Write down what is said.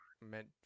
meant